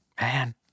Man